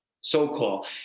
so-called